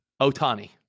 Otani